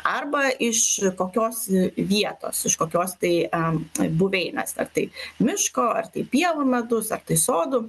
arba iš kokios vietos iš kokios tai am buveinės ar tai miško ar tai pievų medus ar tai sodų